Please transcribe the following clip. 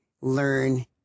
Learn